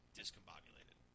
discombobulated